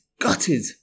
gutted